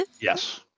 Yes